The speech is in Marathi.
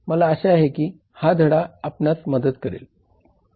मला आशा आहे की हा धडा आपणास मदत करेल